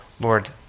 Lord